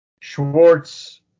Schwartz